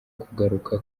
kugaruka